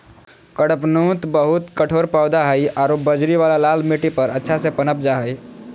कडपहनुत बहुत कठोर पौधा हइ आरो बजरी वाला लाल मिट्टी पर अच्छा से पनप जा हइ